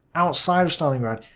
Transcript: outside of stalingrad,